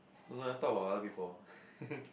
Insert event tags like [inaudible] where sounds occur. don't know leh talk about other people ah [laughs]